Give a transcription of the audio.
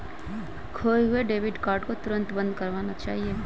खोये हुए debit card को तुरंत बंद करवाना चाहिए